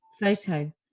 photo